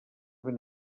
ben